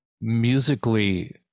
musically